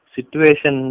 Situation